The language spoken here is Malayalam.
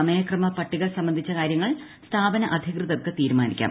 സമയക്രമ പട്ടിക സംബന്ധിച്ച കാരൃങ്ങൾ സ്ഥാപന അധികൃതർക്ക് തീരുമാനിക്കാം